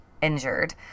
injured